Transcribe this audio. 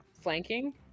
flanking